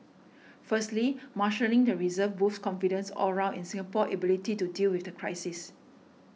firstly marshalling the reserves boosts confidence all round in Singapore's ability to deal with the crisis